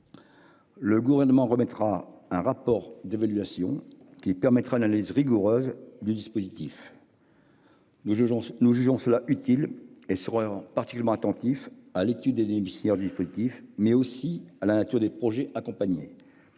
Le Gouvernement remettra un rapport d'évaluation qui permettra une analyse rigoureuse du dispositif. Nous jugeons cela utile et serons particulièrement attentifs à l'étude de ses bénéficiaires, mais aussi à la nature des projets accompagnés,